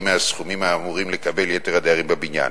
מהסכומים שאמורים לקבל יתר הדיירים בבניין,